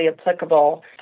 applicable